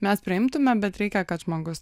mes priimtumėm bet reikia kad žmogus